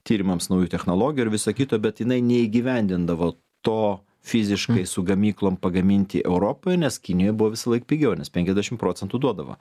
tyrimams naujų technologijų ir visa kita bet jinai neįgyvendindavo to fiziškai su gamyklom pagaminti europoj nes kinijoj buvo visąlaik pigiau nes penkiasdešim procentų duodavo